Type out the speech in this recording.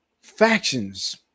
factions